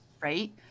Right